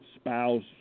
spouse